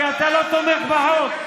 כי אתה לא תומך בחוק.